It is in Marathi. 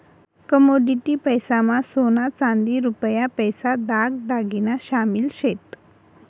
कमोडिटी पैसा मा सोना चांदी रुपया पैसा दाग दागिना शामिल शेत